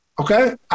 Okay